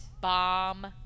Bomb